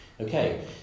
Okay